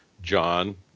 john